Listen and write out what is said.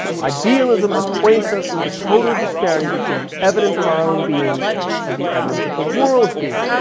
idealism acquaints us with the total disparity between the evidence of our own being and the evidence of the world being.